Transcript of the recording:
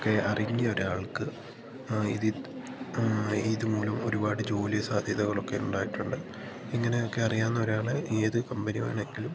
ഒക്കെ അറിഞ്ഞൊരാൾക്ക് ആ ഇത് ആ ഇത് മൂലം ഒരുപാട് ജോലി സാധ്യതകളൊക്കെ ഉണ്ടായിട്ടുണ്ട് ഇങ്ങനെയൊക്കെ അറിയാവുന്നൊരാളെ ഏതു കമ്പനി വേണമെങ്കിലും